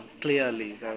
clearly